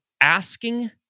asking